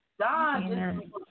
God